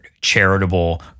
charitable